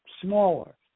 smaller